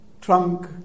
trunk